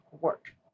work